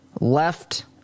left